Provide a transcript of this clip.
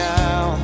now